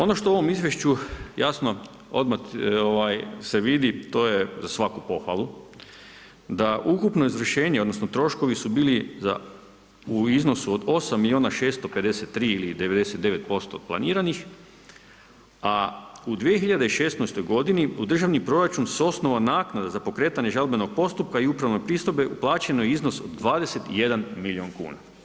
Ono što u ovom izvješću jasno odmah se vidi, to je za svaku pohvalu da ukupno izvršenje, odnosno troškovi su bili za u iznosu od 8 milijuna 653 ili 99% planiranih a u 2016. godini u državni proračun sa osnova naknada za pokretanje žalbenog postupka i upravne pristojbe uplaćen je iznos od 21 milijun kuna.